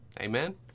amen